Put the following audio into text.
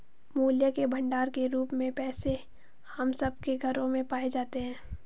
मूल्य के भंडार के रूप में पैसे हम सब के घरों में पाए जाते हैं